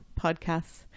podcasts